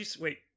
Wait